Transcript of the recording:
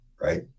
right